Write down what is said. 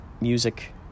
music